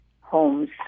homes